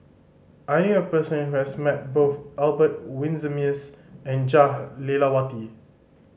I knew a person who has met both Albert Winsemius and Jah Lelawati